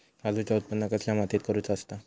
काजूचा उत्त्पन कसल्या मातीत करुचा असता?